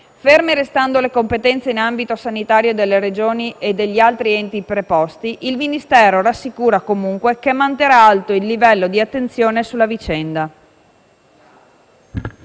Ferme restando le competenze in ambito sanitario delle Regioni e degli altri enti preposti, il Ministero rassicura comunque che manterrà alto il livello di attenzione sulla vicenda.